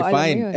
fine